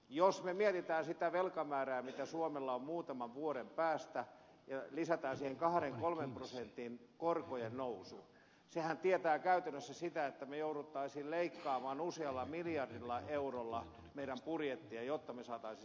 jos me mietimme sitä velkamäärää joka suomella on muutaman vuoden päästä ja lisäämme siihen kahden kolmen prosentin korkojen nousun sehän tietää käytännössä sitä että me joutuisimme leikkaamaan usealla miljardilla eurolla meidän budjettiamme jotta me saisimme sen tasapainoon